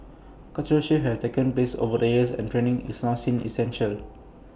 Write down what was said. cultural shifts have taken place over the years and training is now seen as essential